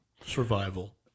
survival